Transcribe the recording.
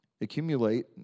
accumulate